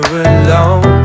alone